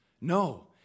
No